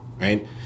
right